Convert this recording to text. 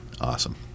Awesome